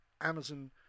Amazon